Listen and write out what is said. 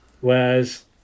Whereas